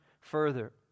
further